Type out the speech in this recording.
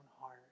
heart